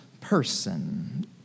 person